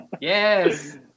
Yes